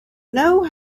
know